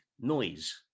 noise